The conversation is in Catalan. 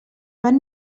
van